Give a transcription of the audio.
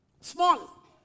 small